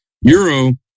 Euro